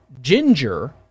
ginger